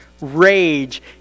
rage